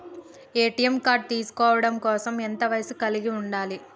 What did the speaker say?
ATM card తీసుకోవడం కోసం ఎంత వయస్సు కలిగి ఉండాలి?